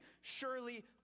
surely